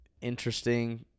interesting